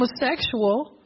homosexual